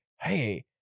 hey